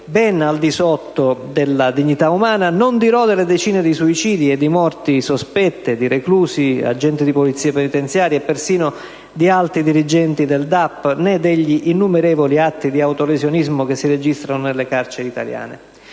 ben al di sotto della dignità umana; non dirò delle decine di suicidi e di morti sospette di reclusi, agenti di polizia penitenziaria e persino di alti dirigenti del DAP, né degli innumerevoli atti di autolesionismo che si registrano nelle carceri italiane.